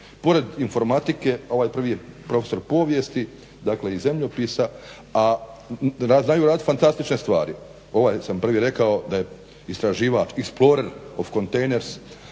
pored informatike, a ovaj prvi je prof. povijesti i zemljopisa a znaju raditi fantastične stvari? Ovaj sam prvi rekao da je istraživač explorer of kontejner